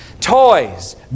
toys